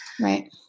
Right